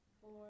four